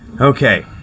Okay